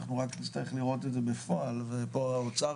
אנחנו רק נצטרך לראות את זה בפועל ופה האוצר